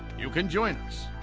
you can join